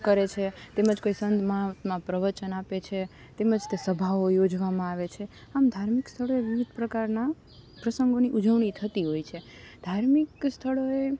કરે છે તેમજ કોઈ સંત મહાત્મા પ્રવચન આપે છે તેમજ તે સભાઓ યોજવામાં આવે છે આમ ધાર્મિક સ્થળોએ વિવિધ પ્રકારના પ્રસંગોની ઉજવણી થતી હોય છે ધાર્મિક સ્થળોએ